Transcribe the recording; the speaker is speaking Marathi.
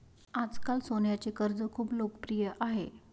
आजकाल सोन्याचे कर्ज खूप लोकप्रिय आहे